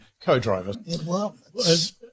co-drivers